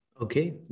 okay